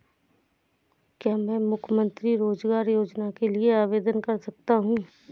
क्या मैं मुख्यमंत्री रोज़गार योजना के लिए आवेदन कर सकता हूँ?